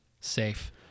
safe